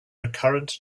recurrent